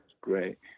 great